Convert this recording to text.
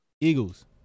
Eagles